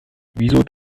wieso